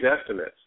estimates